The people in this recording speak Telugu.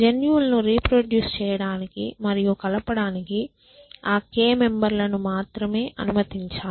జన్యులను రీప్రొడ్యూస్ చేయడానికి మరియు కలపడానికి ఆ k మెంబెర్ లను మాత్రమే అనుమతించాలి